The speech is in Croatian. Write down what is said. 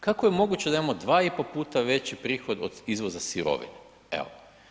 Kako je moguće da imamo 2 i pol puta veći prihod od izvoza sirovina, evo.